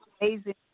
amazing